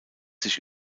sich